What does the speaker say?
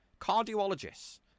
cardiologists